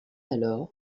alors